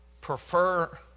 prefer